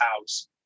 house